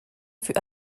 fut